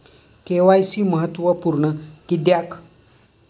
KYC महत्त्वपुर्ण किद्याक?